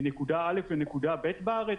מנקודה א' לנקודה ב' בארץ?